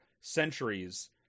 centuries